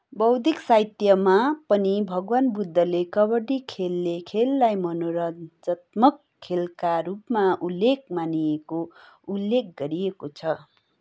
बौद्धिक साहित्यमा पनि भगवान् बुद्धले कबड्डी खेल्ने खेललाई मनोरञ्जनात्मक खेलका रूपमा उल्लेख मानेको उल्लेख गरिएको छ